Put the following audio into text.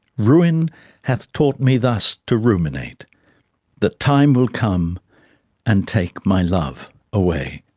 ruin hath taught me thus to ruminate that time will come and take my love away.